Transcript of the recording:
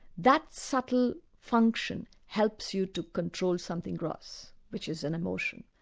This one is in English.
that subtle function helps you to control something gross, which is an emotion.